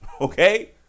Okay